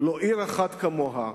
לא עיר אחת כמוה,